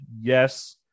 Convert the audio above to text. yes